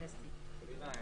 חלילה,